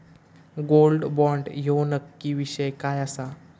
Gold bond ह्यो नक्की विषय काय आसा?